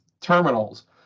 terminals